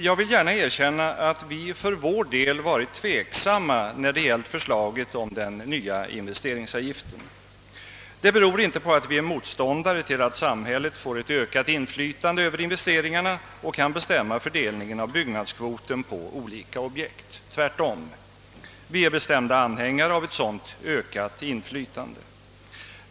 Jag vill gärna erkänna att vi för vår del varit tveksamma när det gällt förslaget om den nya investeringsavgiften. Det beror inte på att vi är motståndare till ökat samhällsinflytande över investeringarna och att samhället kan bestämma fördelningen av byggnadskvoten på olika objekt. Tvärtom är vi bestämda anhängare till ett sådant ökat inflytande.